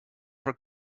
for